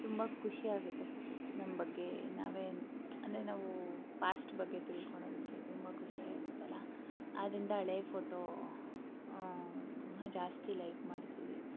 ತುಂಬ ಖುಷಿಯಾಗುತ್ತೆ ನಮ್ಮ ಬಗ್ಗೆ ನಾವೇ ಅಂದರೆ ನಾವು ಪಾಸ್ಟ್ ಬಗ್ಗೆ ತಿಳ್ಕೊಳೋದಿಕ್ಕೆ ತುಂಬ ಖುಷಿಯಾಗುತ್ತಲ್ಲ ಆದ್ದರಿಂದ ಹಳೆ ಫೋಟೋ ನಾವು ಜಾಸ್ತಿ ಲೈಕ್ ಮಾಡ್ತೀವಿ